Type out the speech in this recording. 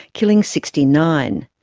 killing sixty nine.